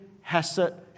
hazard